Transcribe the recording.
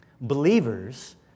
believers